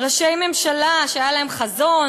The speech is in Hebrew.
ראשי ממשלה שהיה להם חזון,